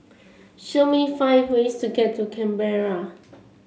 show me five ways to get to Canberra